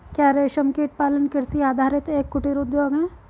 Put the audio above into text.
क्या रेशमकीट पालन कृषि आधारित एक कुटीर उद्योग है?